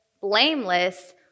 blameless